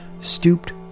stooped